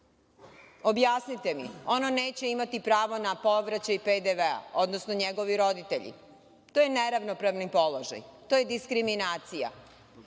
Objasnite mi? Ono neće imati pravo na povraćaj PDV, odnosno njegovi roditelji. To je neravnopravni položaj. To je diskriminacija.